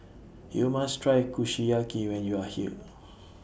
YOU must Try Kushiyaki when YOU Are here